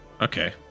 okay